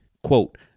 Quote